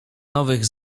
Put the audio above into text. nowych